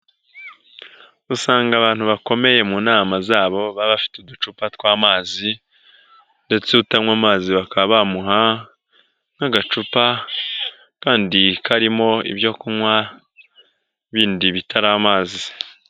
Usanga abantu bakomeye mu nama zabo baba bafite uducupa tw'amazi ndetse utanywa amazi bakaba bamuha nk'agacupa kandi karimo ibyo kunywa bindi bitari amazi.